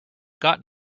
gotten